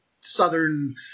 Southern